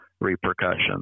repercussions